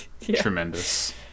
Tremendous